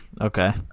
Okay